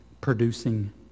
producing